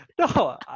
No